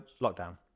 lockdown